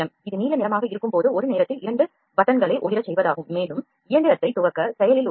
இது நீல நிறமாக இருக்கும்போது ஒரு நேரத்தில் இரண்டு பொத்தான்களை ஒளிரச் செய்வதாகும் மேலும் இயந்திரத்தை துவக்க செயலில் உள்ளது